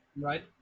right